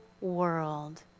world